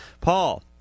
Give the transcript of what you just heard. Paul